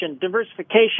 Diversification